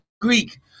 Greek